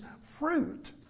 fruit